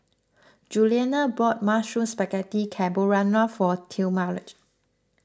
Juliana bought Mushroom Spaghetti Carbonara for Talmadge